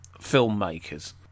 filmmakers